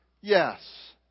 Yes